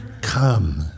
come